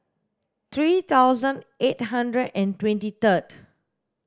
three thousand eight hundred and twenty third